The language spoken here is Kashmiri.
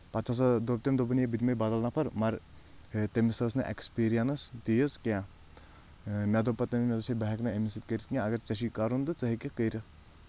پَتہٕ ہسا دوٚپ تٔمۍ دوٚپُن ہے بہٕ دِمے بدل نفر مگر تٔمِس ٲس نہٕ اؠکٕسپیٖرینس تیٖژ کینٛہہ مےٚ دوٚپ پَتہٕ تٔمِس بہٕ ہؠکہٕ نہٕ أمِس سۭتۍ کٔرِتھ کینٛہہ اگر ژےٚ چھوے کَرُن تہٕ ژٕ ہیٚکہِ کٔرِتھ